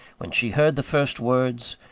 when she heard the first words,